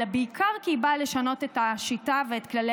אלא בעיקר כי היא באה לשנות את השיטה ואת כללי